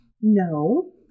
No